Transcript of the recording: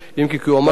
אם כי הוא אמר,